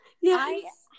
Yes